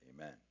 Amen